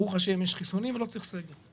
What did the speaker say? ברוך השם, יש חיסונים ולא צריך סגר.